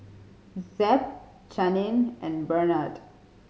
Zeb Channing and Bernhard